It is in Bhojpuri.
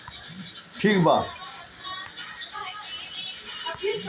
इ माटी देस के उत्तरी मैदानी भाग में होत हवे जवन की बहुते उपजाऊ माटी हवे